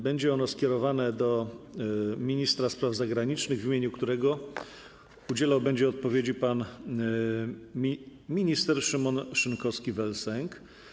Będzie ono skierowane do ministra spraw zagranicznych, w imieniu którego udzielać odpowiedzi będzie pan minister Szymon Szynkowski vel Sęk.